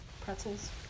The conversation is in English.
Pretzels